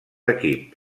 equip